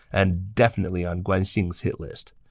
and definitely on guan xing's hit list.